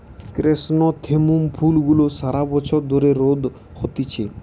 chrysanthemum ফুল গুলা সারা বছর ধরে রোদে হতিছে